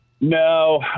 No